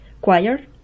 Choir